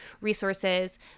resources